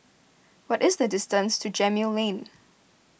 what is the distance to Gemmill Lane